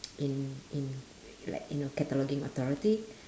in in like you know cataloging authority